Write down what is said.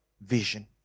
vision